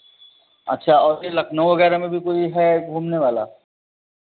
अच्छा और भी लखनऊ वगैरह में भी कोई है घूमने वाला